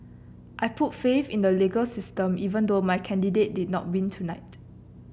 I put faith in the legal system even though my candidate did not win tonight